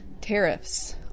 tariffs